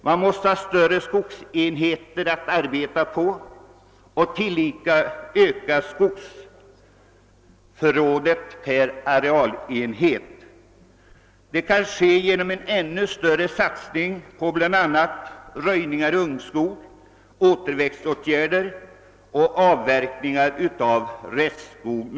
Man måste ha större skogsenhet att arbeta på och tillika öka skogsförrådet per arealenhet. Detta kan åstadkommas genom en ännu större satsning på bl.a. röjningar av ungskog, återväxtåtgärder och avverkningar av restskog.